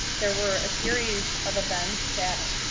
there were a series of events that